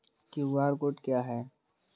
QR code क्या है?